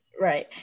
right